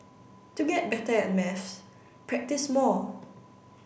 to get better at maths practise more